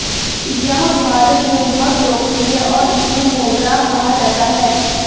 यह भारत में बहुत लोकप्रिय है और इसे मोगरा कहा जाता है